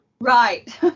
Right